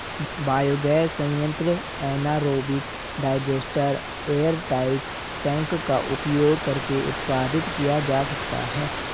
biogas संयंत्र anaerobic digester airtight tank का उपयोग करके उत्पादित किया जा सकता है